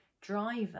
driver